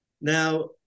Now